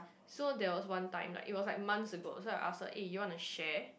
so there was one time like it was like months ago so I ask her eh you want to share